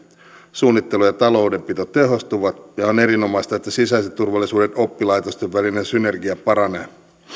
suunnittelu ja taloudenpito tehostuvat ja on erinomaista että sisäisen turvallisuuden oppilaitosten välinen synergia paranee